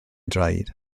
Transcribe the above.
draed